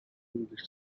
english